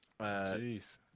Jeez